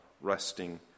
resting